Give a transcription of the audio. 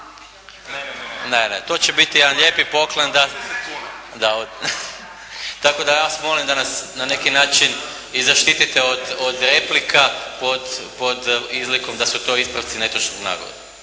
Ne, ne. To će biti jedan lijepi poklon da. Tako da ja vas molim da nas na neki način i zaštite od replika pod izlikom da su to ispravci netočnog navoda.